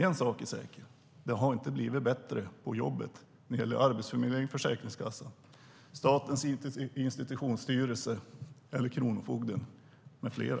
En sak är säker: Det har inte blivit bättre på jobbet på Arbetsförmedlingen, Försäkringskassan, Statens institutionsstyrelse, kronofogden med flera.